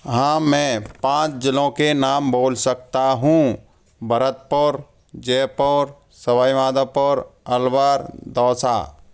हाँ मैं पाँच जिलों के नाम बोल सकता हूँ भरतपुर जयपुर सवाई माधोपुर अलवर दौसा